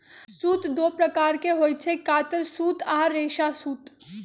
सूत दो प्रकार के होई छई, कातल सूत आ रेशा सूत